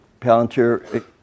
Palantir